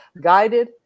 guided